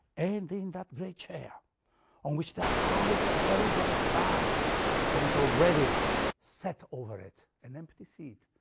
and in that great chair on which thy eyes are held by the crown that is already set over it, an empty seat,